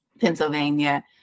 Pennsylvania